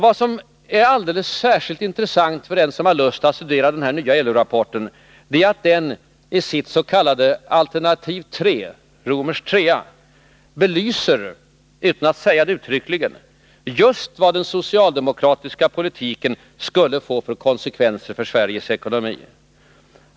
Vad som är alldeles särskilt intressant i LU-rapporten är att den i sitt alternativ III belyser — utan att säga det uttryckligen — just vad den socialdemokratiska politiken skulle få för konsekvenser för Sveriges ekonomi.